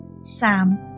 Sam